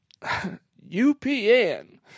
UPN